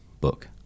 book